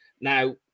Now